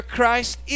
Christ